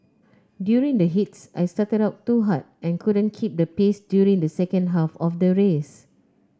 during the heats I started out too hard and couldn't keep the pace during the second half of the race